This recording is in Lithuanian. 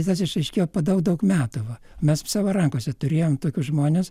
viskas išaiškėjo po daug daug metų va mes savo rankose turėjom tokius žmones